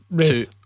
two